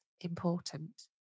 important